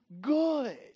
good